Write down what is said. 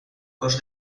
cos